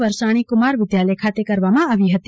વરસાણી કુમાર વિદ્યાલય ખાતે કરવામાં આવી હતી